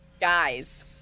guys